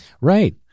Right